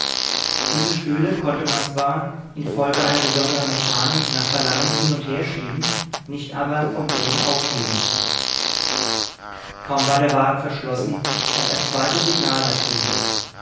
diese stühle konnte man zwar infolge einer besonderen mechanik nach verlangen hin und herschieben nicht aber vom boden aufheben kaum war der wagen verschlossen als ein zweites signal ertönte